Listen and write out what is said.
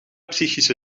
psychische